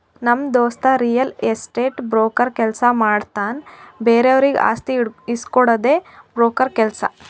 ನಮ್ ದೋಸ್ತ real estate broker ಕೆಲ್ಸ ಮಾಡ್ತಾನ್ ಬೇರೆವರಿಗ್ ಆಸ್ತಿ ಇಸ್ಕೊಡ್ಡದೆ ಬ್ರೋಕರ್ ಕೆಲ್ಸ